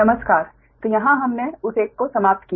इसलिए जहां हमने उस एक को समाप्त किया